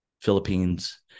Philippines